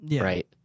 right